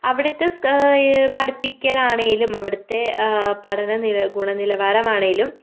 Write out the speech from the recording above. അവിടുത്തെ പഠിപ്പിക്കൽ ആണെങ്കിലും അവിടുത്തെ പഠന നില ഗുണ നിലവാരം ആണെങ്കിലും